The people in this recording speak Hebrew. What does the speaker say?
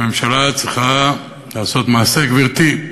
הממשלה צריכה לעשות מעשה, גברתי,